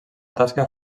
tasca